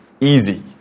easy